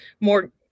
more